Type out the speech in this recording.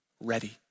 ready